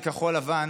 בכחול לבן,